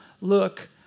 look